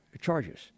charges